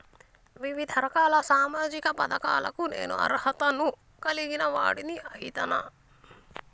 వివిధ రకాల సామాజిక పథకాలకు నేను అర్హత ను కలిగిన వాడిని అయితనా?